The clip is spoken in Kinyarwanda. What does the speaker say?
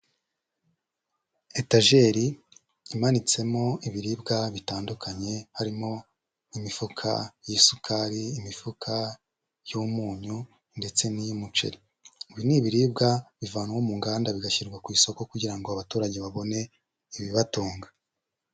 Etageur imanitsemo ibiribwa bitandukanye harimo imifuka y'isukari, imifuka y'umunyu, ndetse n'iy'umuceri. Ibi ni ibiribwa bivanwa mu nganda bigashyirwa ku isoko kugira ngo abaturage babone ibibatunga.